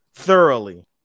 thoroughly